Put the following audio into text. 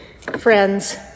Friends